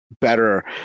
better